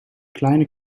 kleine